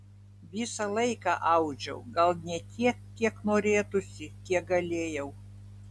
visą laiką audžiau gal ne tiek kiek norėtųsi kiek galėjau